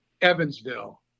Evansville